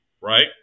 right